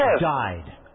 died